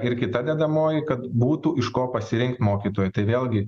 ir kita dedamoji kad būtų iš ko pasirinkti mokytoją tai vėlgi